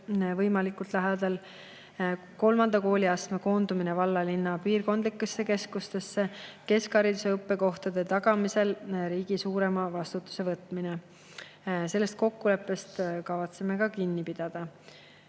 võimalikult lähedal; kolmanda kooliastme koondumine valla või linna piirkondlikesse keskustesse; keskhariduse õppekohtade tagamisel riigi suurema vastutuse võtmine. Sellest kokkuleppest kavatseme ka kinni pidada.